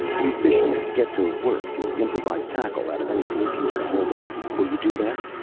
you fishermen get to work to improvise tackle out of anything you can get hold of. will you do that?